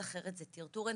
אחרת זה טרטור אינסופי.